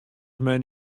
men